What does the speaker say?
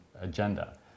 Agenda